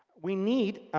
we need